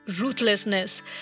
ruthlessness